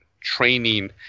training